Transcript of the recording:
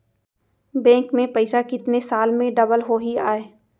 Bank में पइसा कितने साल में डबल होही आय?